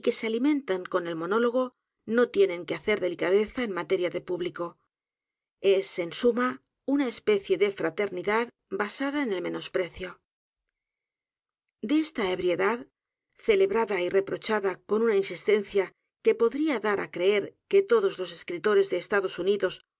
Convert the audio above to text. se alimentan con el monólogo no tienen que hacer delicadeza en materia de público e s en suma una especie de fraternidad basada en el menosprecio de esta ebriedad celebrada y reprochada con una insistencia que podría dar á creer que todos los escritores de los estados unidos